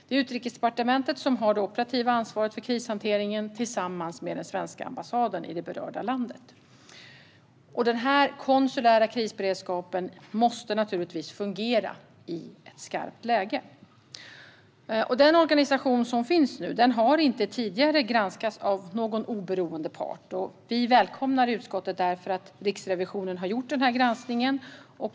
Det är Utrikesdepartementet som har det operativa ansvaret för krishanteringen tillsammans med den svenska ambassaden i det berörda landet. Den konsulära krisberedskapen måste naturligtvis fungera i ett skarpt läge. Den organisation som nu finns har inte tidigare granskats av någon oberoende part. Vi i utskottet välkomnar därför att Riksrevisionen har gjort granskningen.